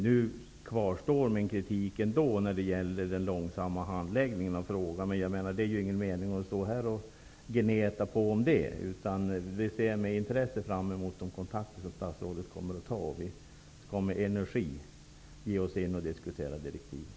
Nu kvarstår ändå min kritik när det gäller den långsamma handläggningen av frågan. Men det är ju ingen mening att stå här och gneta på om det, utan jag ser med intresse fram emot de kontakter som statsrådet kommer att ta. Vi skall med energi ge oss in i diskussionen om direktiven.